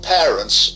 parents